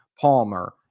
Palmer